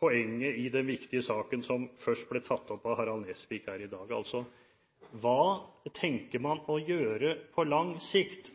poenget i den viktige saken som først ble tatt opp av Harald T. Nesvik her i dag. Hva tenker man å gjøre på lang sikt?